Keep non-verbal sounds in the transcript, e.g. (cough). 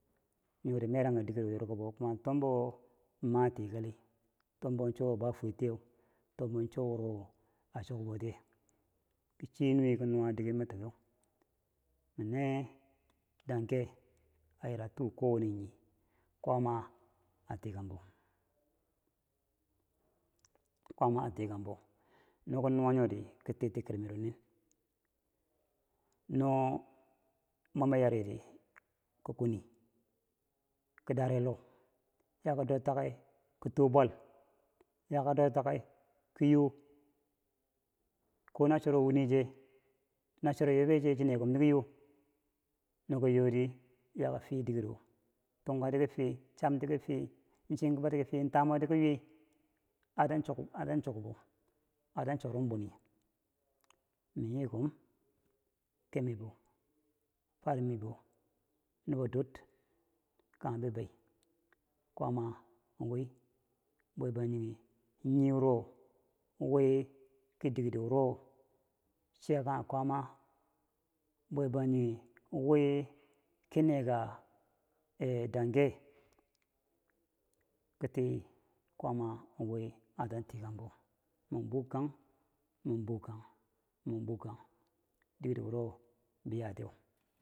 Nyori meranka diker yori ka bo- o kuma tombowo ma tikali tumbou cho a bwa fwertiyeu tombo cho wuro a chokbou tiye kom chi nuwe kom nuwa dike ma tuke mine danke a yira twu kowane nii kwaama a tikanghebou (noise) kwaama a tikanghebou no kom nuwa nyeri kom titikemironi no wenbou yaridi. Ki kwone kom derilu yako do take ko to bwal yako do take ko yoo (noise) kona choro wine che na choro yobe che chii nekom di ko yo no kom yori yakom fii dikero tungka di ki fii, cham di ki fii chinkafar i ki fii. taamari ki ywi (hesitation) atan chorum bwini min yi kom kebbe mibou farum mibo nubo dur kangha bibei kwaama win bwebangjinghe niwuro win ke dikero chiya kanghe kwaama wii bwebangjing win ki neka eh danke kitii kwaama wi atan tikangebo mi bukang mi bukang mi bukang diuri wuro biya tiyeu.